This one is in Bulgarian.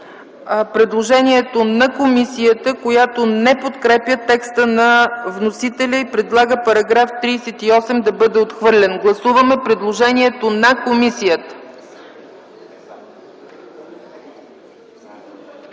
предложението на комисията, която не подкрепя текста на вносителя и предлага § 38 да бъде отхвърлен. Гласуваме предложението на комисията.